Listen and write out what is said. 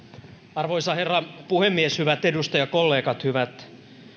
arvoisa herra puhemies hyvät edustajakollegat hyvät